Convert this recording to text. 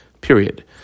Period